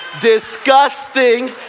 disgusting